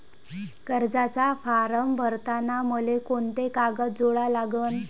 कर्जाचा फारम भरताना मले कोंते कागद जोडा लागन?